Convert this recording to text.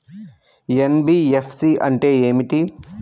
NBFC అంటే ఏమిటి?